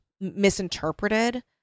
misinterpreted